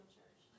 church